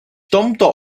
tomto